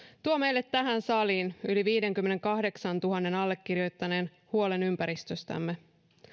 tuo meille tähän saliin yli viidenkymmenenkahdeksantuhannen allekirjoittaneen huolen ympäristöstämme